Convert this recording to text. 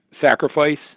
sacrifice